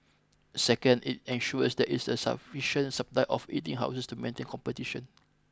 second it ensures there is a sufficient supply of eating houses to maintain competition